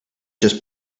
just